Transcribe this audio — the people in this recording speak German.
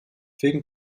wegen